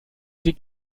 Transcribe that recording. sie